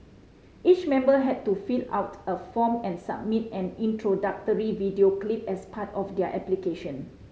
each member had to fill out a form and submit an introductory video clip as part of their application